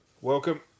welcome